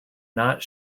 not